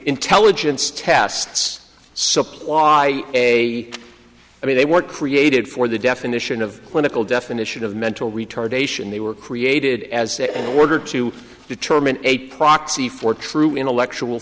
intelligence tests supply a i mean they were created for the definition of clinical definition of mental retardation they were created as an order to determine a proxy for true intellectual